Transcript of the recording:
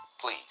Please